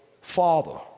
father